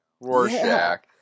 Rorschach